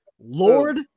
Lord